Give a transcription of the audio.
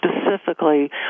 specifically